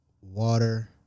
Water